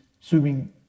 swimming